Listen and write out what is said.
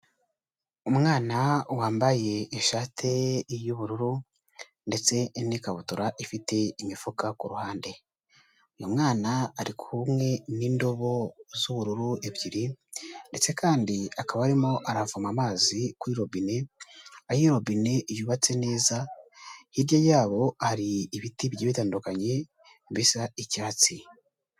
Umwana wambaye ishati y'ubururu ndetse n'ikabutura ifite imifuka ku ruhande, ni umwana ari kumwe n'indobo z'ubururu ebyiri ndetse kandi akaba arimo aravoma amazi kuri robine, aho iyo robine yubatse neza, hirya yaho hari ibiti bigiye bitandukanye bisa icyatsi.